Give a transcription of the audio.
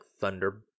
thunder